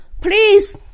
please